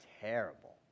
terrible